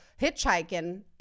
hitchhiking